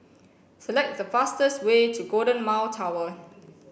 select the fastest way to Golden Mile Tower